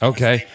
Okay